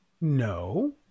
No